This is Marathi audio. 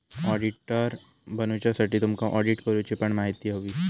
ऑडिटर बनुच्यासाठी तुमका ऑडिट करूची पण म्हायती होई